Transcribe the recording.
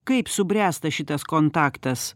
kaip subręsta šitas kontaktas